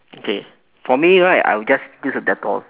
okay for me right I'll just use the dettol